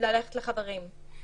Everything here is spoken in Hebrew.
ללכת לחברים.